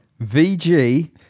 vg